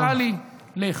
נפתלי, לך.